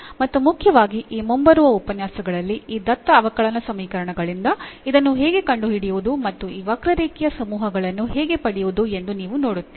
ಮತ್ತು ಮುಖ್ಯವಾಗಿ ಈ ಮುಂಬರುವ ಉಪನ್ಯಾಸಗಳಲ್ಲಿ ಈ ದತ್ತ ಅವಕಲನ ಸಮೀಕರಣದಿಂದ ಇದನ್ನು ಹೇಗೆ ಕಂಡುಹಿಡಿಯುವುದು ಮತ್ತು ಈ ವಕ್ರರೇಖೆಯ ಸಮೂಹಗಳನ್ನು ಹೇಗೆ ಪಡೆಯುವುದು ಎಂದು ನೀವು ನೋಡುತ್ತೀರಿ